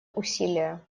усилия